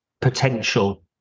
potential